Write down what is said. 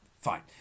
Fine